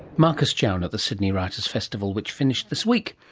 marcus chown at the sydney writers' festival which finished this week.